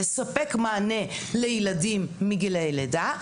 לספק מענה לילדים מגילאי לידה,